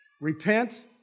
Repent